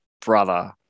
Brother